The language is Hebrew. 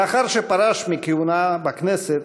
לאחר שפרש מכהונה בכנסת